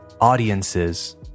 audiences